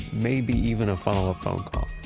maybe even a follow-up phone call.